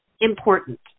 important